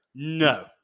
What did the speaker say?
No